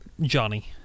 Johnny